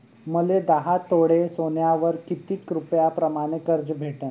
मले दहा तोळे सोन्यावर कितीक रुपया प्रमाण कर्ज भेटन?